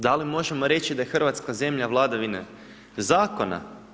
Da li možemo reći da je Hrvatska zemlja vladavine zakona?